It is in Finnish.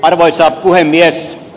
arvoisa puhemies